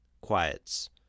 quiets